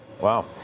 Wow